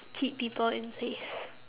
keep people in place